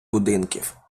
будинків